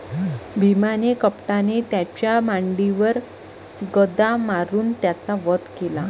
भीमाने कपटाने त्याच्या मांडीवर गदा मारून त्याचा वध केला